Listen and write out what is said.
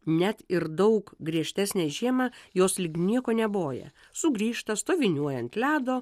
net ir daug griežtesnę žiemą jos lyg nieko neboja sugrįžta stoviniuoja ant ledo